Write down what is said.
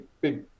big